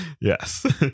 yes